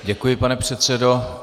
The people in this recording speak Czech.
Děkuji, pane předsedo.